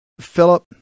Philip